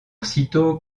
cîteaux